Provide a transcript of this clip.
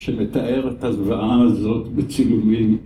שמתאר את הזוועה הזאת בצילומים.